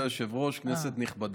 כבוד היושב-ראש, כנסת נכבדה.